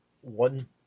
one